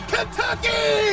Kentucky